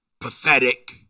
Pathetic